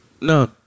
No